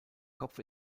kopf